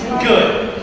good.